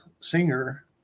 singer